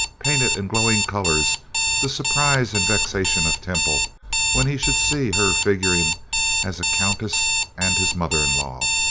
painted in glowing colours the surprise and vexation of temple when he should see her figuring as a countess and his mother-in-law,